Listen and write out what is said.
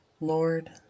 Lord